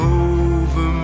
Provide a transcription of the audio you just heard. over